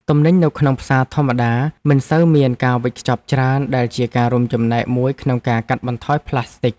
ទំនិញនៅក្នុងផ្សារធម្មតាមិនសូវមានការវេចខ្ចប់ច្រើនដែលជាការរួមចំណែកមួយក្នុងការកាត់បន្ថយប្លាស្ទិក។